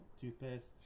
toothpaste